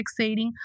fixating